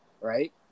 Right